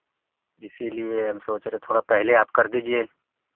इसीलिए हम सोच रहे थे थोड़ा पहले आप कर दीजिए